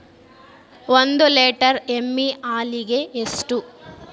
ಒಂದು ಲೇಟರ್ ಎಮ್ಮಿ ಹಾಲಿಗೆ ಎಷ್ಟು?